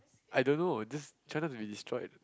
I don't know just try not to be destroyed